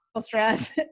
stress